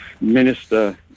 Minister